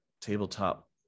tabletop